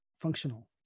functional